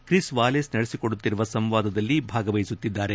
Chris Wallace ನಡೆಸಿಕೊಡುತ್ತಿರುವ ಸಂವಾದದಲ್ಲಿ ಭಾಗವಹಿಸುತ್ತಿದ್ದಾರೆ